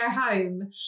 home